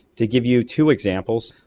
to give you two examples,